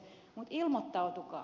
mutta ilmoittautukaa